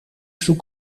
zoek